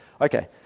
Okay